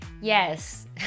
Yes